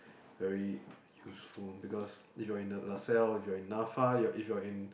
very useful because if you're in the LaSalle if you're in Nafa if you're in